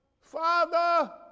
Father